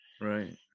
right